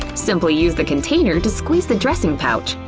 simply use the container to squeeze the dressing pouch